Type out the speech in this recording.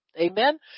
amen